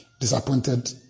disappointed